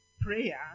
Prayer